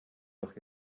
doch